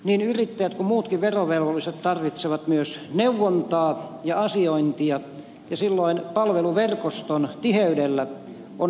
niin yrittäjät kuin muutkin verovelvolliset tarvitsevat myös neuvontaa ja asiointia ja silloin palveluverkoston tiheydellä on merkitystä